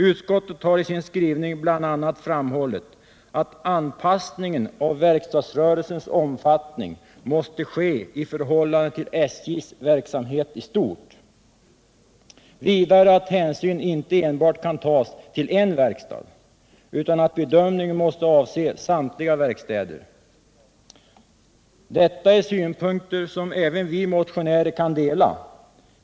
Utskottet har i sin skrivning bl.a. framhållit att anpassningen av verkstadsrörelsens omfattning har måst ske i förhållande till SJ:s verksamhet i stort och att hänsyn inte enbart kan tas till en verkstad utan att bedömningen måste avse samtliga verkstäder. Detta är synpunkter som även vi motionärer kan dela.